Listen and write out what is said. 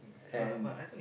and